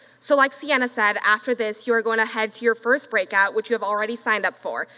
so like sienna said, after this, you are going to head to your first breakout, which you have already signed up for,